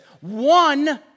one